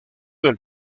del